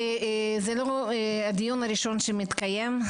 וזה לא הדיון הראשון שמתקיים,